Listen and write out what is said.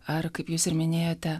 ar kaip jūs ir minėjote